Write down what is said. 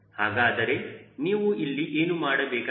ಹಾಗಾದರೆ ನೀವು ಇಲ್ಲಿ ಏನು ಮಾಡಬೇಕಾಗಿದೆ